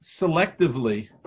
selectively